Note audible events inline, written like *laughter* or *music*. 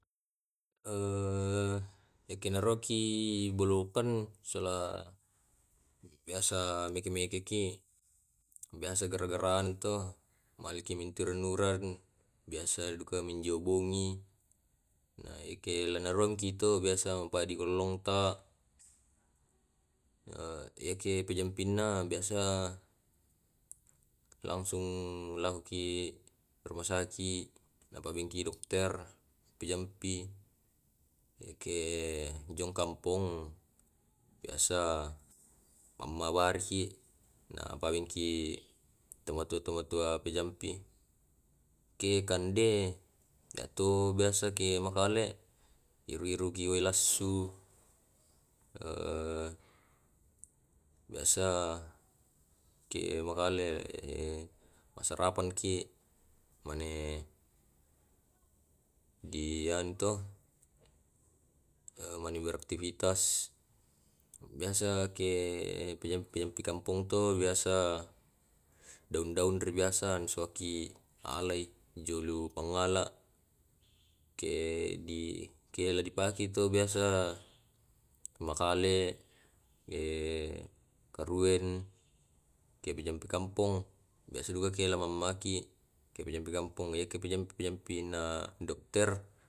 Eh *hesitation* eki na roki bulokon sola em *hesitation* biasa meke mekeki, biasa gara gara anu to maliki mentu renureng. Biasa duka menjiobongi. Na eke nalarongki to biasa, mabadi gollong ta eh *hesitation* eke pajampinna. Biasa langsung *hesitation* laoki rumah saki. apabengki dokter pijampi. Iyake jong kampong, eh *hesitation* biasa mamma wariki na pabengki to matoa tomatoa pejampi. Ke kande, iya tu biasaki makale. Iru iruki wai lassu, *hesitation* biasa ke makale eh *hesitation* ma sarapanki mane, di anu to *hesitation* mane beraktivitas biasa ke pija pijampikampong to. biasa Daun daun er biasa bisaki alai jolo pangala ke di ke di pakei to biasa makale. Eh *hesitation* karuwen ke pijampi kampong biasa duka ke lao mamaki. Jampi jampi kampong eki pi jampi pijampi na dokter.